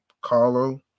carlo